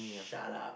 shut up